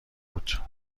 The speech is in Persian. بود